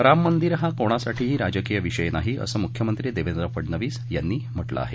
राम मंदीर हा कोणासाठीही राजकीय विषय नाही असं मुख्यमंत्री देवेंद्र फडनवीस यांनी म्हटलं आहे